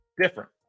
different